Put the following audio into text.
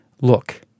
Look